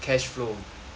cash flow